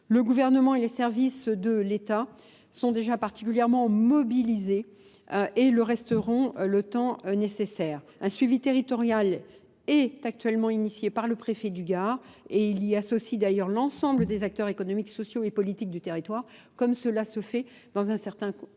Le gouvernement et les services de l'État sont déjà particulièrement mobilisés et le resteront le temps nécessaire. Un suivi territorial est actuellement initié par le Préfet du Gard et il y associe d'ailleurs l'ensemble des acteurs économiques, sociaux et politiques du territoire, comme cela se fait dans un certain nombre